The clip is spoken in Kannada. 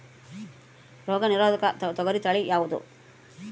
ರೋಗ ನಿರೋಧಕ ತೊಗರಿ ತಳಿ ಯಾವುದು?